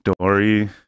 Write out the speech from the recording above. Dory